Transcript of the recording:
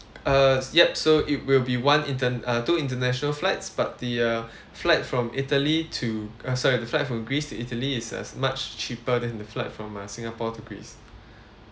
uh yup so it will be one intern~ uh two international flights but the uh flight from italy to uh sorry the flight from greece to italy is as much cheaper than the flight from uh singapore to greece